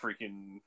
freaking